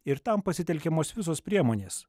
ir tam pasitelkiamos visos priemonės